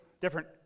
different